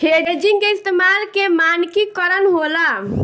hedging के इस्तमाल के मानकी करण होला